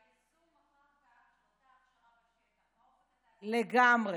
והיישום אחר כך של אותה הכשרה בשטח, לגמרי.